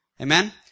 Amen